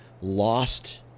lost